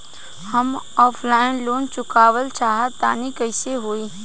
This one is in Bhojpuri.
हम ऑफलाइन लोन चुकावल चाहऽ तनि कइसे होई?